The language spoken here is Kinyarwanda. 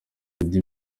eddie